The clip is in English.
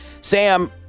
Sam